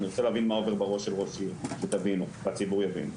אני רוצה שתבינו מה עובר בראש של ראש עיר ותבינו הציבור יבין,